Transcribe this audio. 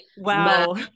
Wow